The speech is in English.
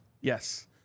Yes